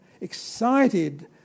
excited